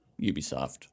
Ubisoft